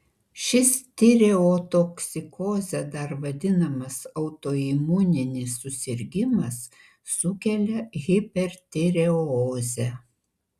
šis tireotoksikoze dar vadinamas autoimuninis susirgimas sukelia hipertireozę